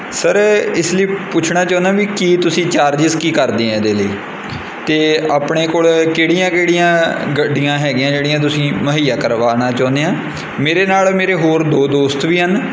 sir ਇਸ ਲਈ ਪੁੱਛਣਾ ਚਾਹੁੰਦਾ ਵੀ ਕਿ ਤੁਸੀਂ ਚਾਰਜਿਸ ਕੀ ਕਰਦੇ ਆ ਇਹਦੇ ਲਈ ਅਤੇ ਆਪਣੇ ਕੋਲ ਕਿਹੜੀਆਂ ਕਿਹੜੀਆਂ ਗੱਡੀਆਂ ਹੈਗੀਆਂ ਜਿਹੜੀਆਂ ਤੁਸੀਂ ਮੁਹੱਈਆ ਕਰਵਾਉਣਾ ਚਾਹੁੰਨੇ ਆ ਮੇਰੇ ਨਾਲ ਮੇਰੇ ਹੋਰ ਦੋ ਦੋਸਤ ਵੀ ਹਨ